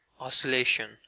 Oscillation